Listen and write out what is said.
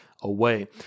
away